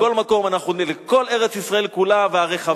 מכל מקום, כל ארץ-ישראל כולה והרחבה והטובה.